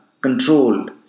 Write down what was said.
controlled